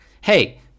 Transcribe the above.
hey